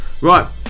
Right